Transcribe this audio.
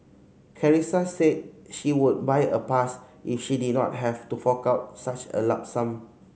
Carissa said she would buy a pass if she did not have to fork out such a lump sum